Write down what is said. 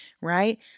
right